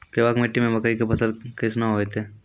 केवाल मिट्टी मे मकई के फ़सल कैसनौ होईतै?